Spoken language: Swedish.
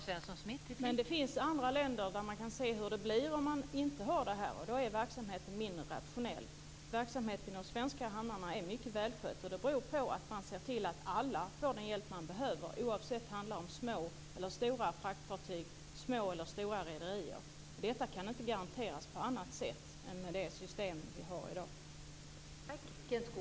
Fru talman! Det finns andra länder där man kan se hur det blir om man inte har stuverimonopol, och där är verksamheten mindre rationell. Verksamheten i de svenska hamnarna är mycket välskött, och det beror på att man ser till att alla får den hjälp de behöver, oavsett om det handlar om små eller stora fraktfartyg, små eller stora rederier. Detta kan inte garanteras på annat sätt än med det system vi har i dag.